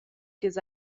ch’els